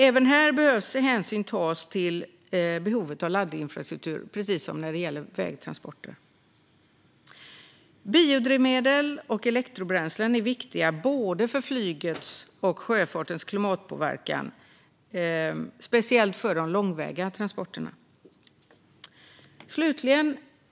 Även här behöver hänsyn tas till behovet av laddinfrastruktur, precis som när det gäller vägtransporter. Biodrivmedel och elektrobränslen är viktiga både för flygets och för sjöfartens klimatpåverkan, speciellt när det gäller de långväga transporterna. Fru talman!